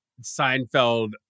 Seinfeld